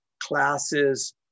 classes